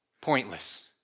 Pointless